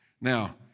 Now